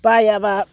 बायाबा